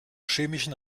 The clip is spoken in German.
chemischen